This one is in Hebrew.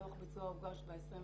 הדוח ביצוע הוגש ב-22